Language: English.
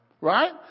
right